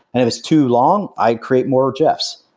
and if it's too long, i create more jeff's.